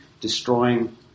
destroying